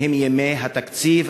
הם ימי התקציב,